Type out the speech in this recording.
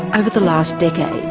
over the last decade.